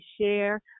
share